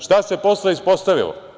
Šta se posle ispostavilo?